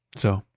so,